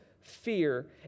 fear